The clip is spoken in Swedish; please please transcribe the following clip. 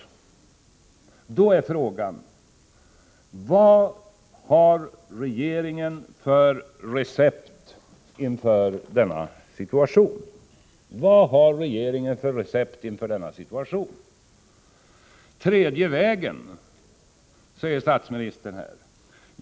Vad har regeringen för recept inför denna situation? Tredje vägen talade statsministern om.